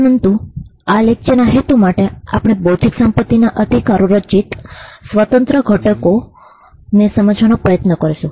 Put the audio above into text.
પરંતુ આ લેકચરના હેતુ માટે આપણે બૌદ્ધિક સંપત્તિના અધિકારો રચિત સ્વતંત્ર ઘટકોને સમજાવવાનો પ્રયત્ન કરીશું